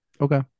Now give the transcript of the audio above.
Okay